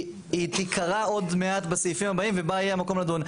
היא תקרא עוד מעט בסעיפים הבאים ובה יהיה מקום לדון.